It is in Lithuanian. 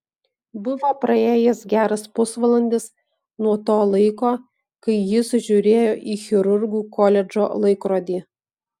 buvo praėjęs geras pusvalandis nuo to laiko kai jis žiūrėjo į chirurgų koledžo laikrodį